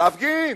להפגין,